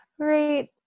Great